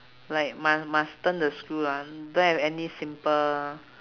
like mu~ must turn the screw ah don't have any simple